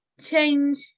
change